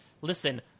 listen